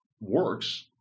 works